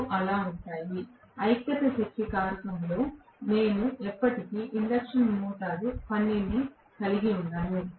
రెండూ అలా ఉంటాయి ఐక్యత శక్తి కారకంలో నేను ఎప్పటికీ ఇండక్షన్ మోటారు పనిని కలిగి ఉండను